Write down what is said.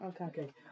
Okay